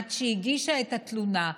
עד שהיא הגישה את התלונה,